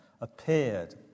appeared